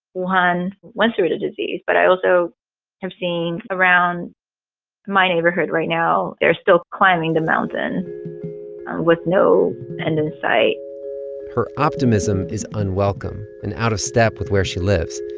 wuhan went through the disease. but i also have seen around my neighborhood right now, they're still climbing the mountain with no end in sight her optimism is unwelcome and out of step with where she lives,